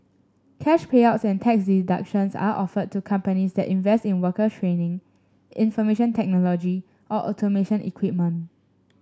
cash payouts and tax deductions are offered to companies that invest in worker training information technology or automation equipment